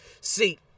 See